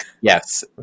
Yes